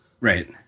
Right